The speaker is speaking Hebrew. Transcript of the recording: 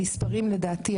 לדעתי,